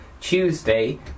Tuesday